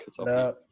No